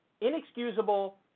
inexcusable